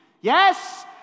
Yes